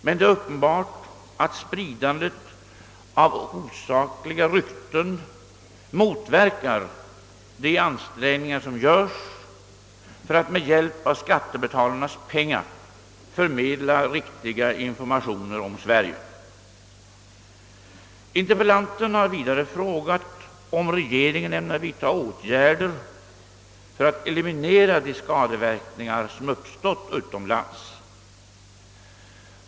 Men det är uppenbart, att spridandet av osakliga rykten motverkar de ansträngningar, som görs för att med hjälp av skattebetalarnas pengar förmedla riktiga informationer om Sverige. Interpellanten har vidare frågat, om regeringen ämnar vidta åtgärder för att eliminera de skadeverkningar som uppstått utomlands.